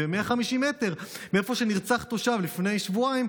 ו-150 מטר מאיפה שנרצח תושב לפני שבועיים,